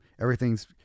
everything's